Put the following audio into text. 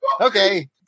Okay